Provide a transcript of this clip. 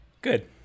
Good